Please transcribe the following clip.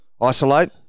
isolate